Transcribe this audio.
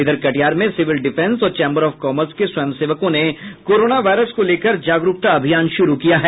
इधर कटिहार में civil defence और चैंबर ऑफ कॉमर्स के स्वयंसेवकों ने कोरोना वायरस को लेकर जागरूकता अभियान शुरू किया है